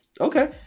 okay